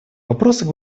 вопросах